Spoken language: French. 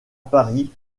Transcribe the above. paris